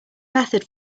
method